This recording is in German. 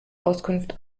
auskunft